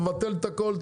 תבטל את הכול,